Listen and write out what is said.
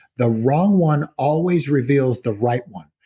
the wrong one always reveals the right one.